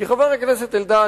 כי חבר הכנסת אלדד,